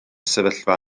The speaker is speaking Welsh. sefyllfa